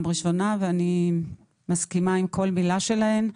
ראשונה ואני מסכימה עם כל מילה שלהן.